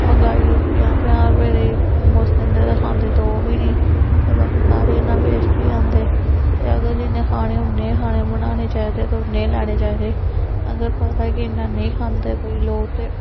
मंगाई पंजाह् पंजाह् रपेऽ दे मोमोज लैंदे ते खंदे दो बी नी ते बाकी सारे इ'यां वेस्ट होई जंदे ते अगर जिन्ने खाने उ'न्ने गै खाने बनाने चाहिदे ते उ'न्ने गै लैने चाहिदे अगर पता कि इ'न्ना नेईं खंदे कोई लोग ते